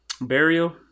Burial